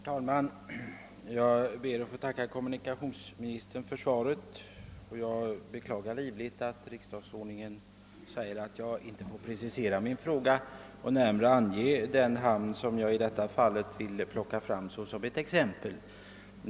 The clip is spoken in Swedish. Herr talman! Jag ber att få tacka kommunikationsministern för svaret, och jag beklagar livligt att riksdagsordningen säger att jag inte får precisera min fråga och närmare ange den hamn som jag ville plocka fram såsom ett exempel.